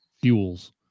fuels